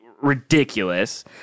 ridiculous